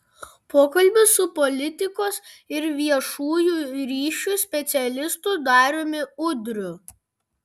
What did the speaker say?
pokalbis su politikos ir viešųjų ryšių specialistu dariumi udriu